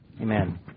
Amen